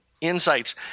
insights